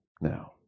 now